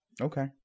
Okay